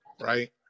right